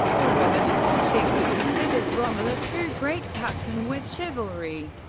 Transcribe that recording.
or robert forczyk who considers rommel a true great captain with chivalry.